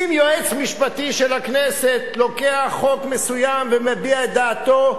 אם יועץ משפטי של הכנסת לוקח חוק מסוים ומביע את דעתו,